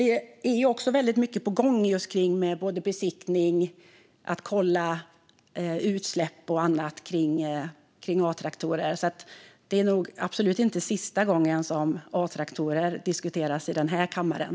Det är också väldigt mycket på gång när det gäller både besiktning och att kolla utsläpp och annat som rör A-traktorer. Det är nog absolut inte sista gången som A-traktorer diskuteras i den här kammaren.